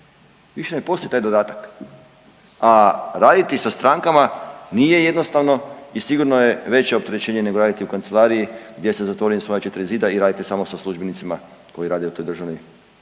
više ne postoji taj dodatak, a raditi sa strankama nije jednostavno i sigurno je veće opterećenje nego raditi u kancelariji gdje se zatvori u svoja 4 zida i raditi samo sa službenicima koji rade u toj državnoj